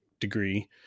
degree